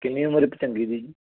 ਕਿੰਨੀ ਉਮਰ ਹੈ ਭੈਣ ਜੀ ਦੀ ਜੀ